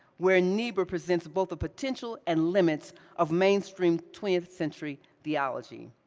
where niebuhr presents both the potential and limits of mainstream twentieth century theology.